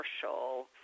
commercial